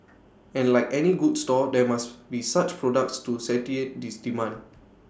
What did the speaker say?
and like any good store there must be such products to satiate this demand